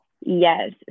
Yes